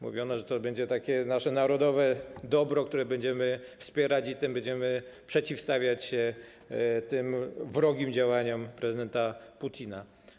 Mówiono, że to będzie takie nasze narodowe dobro, które będziemy wspierać, tym samym będziemy przeciwstawiać się wrogim działaniom prezydenta Putina.